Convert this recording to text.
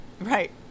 right